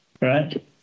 Right